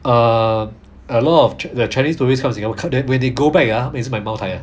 err a lot of the chinese tourists come singapore when they go back ah 也是买 mou tai 的